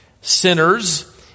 sinners